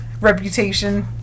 reputation